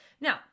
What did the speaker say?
now